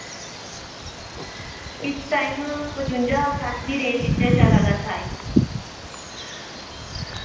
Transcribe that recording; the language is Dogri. इस टाइम पचुंजा सट्ठ दी रेंज च ऐ चला दा शायद